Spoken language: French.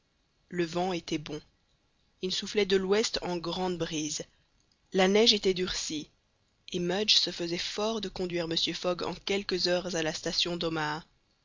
le vent était bon il soufflait de l'ouest en grande brise la neige était durcie et mudge se faisait fort de conduire mr fogg en quelques heures à la station d'omaha